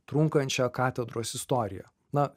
trunkančią katedros istoriją na